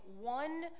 one